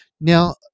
Now